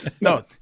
No